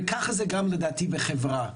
ככה זה גם לדעתי בחברה.